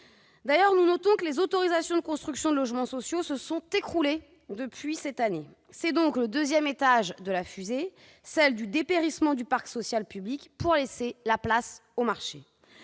D'ailleurs, nous notons que le nombre d'autorisations de construction de logements sociaux s'est écroulé cette année. Voici donc le deuxième étage de la fusée du dépérissement du parc social public, lancée pour laisser place au marché.